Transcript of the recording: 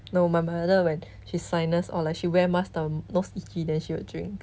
no my mother when she sinus or like she wear mask time nose itchy then she will drink